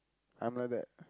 I'm like that